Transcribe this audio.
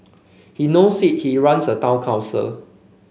he knows it he runs a town council